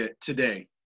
today